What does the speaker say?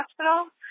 hospital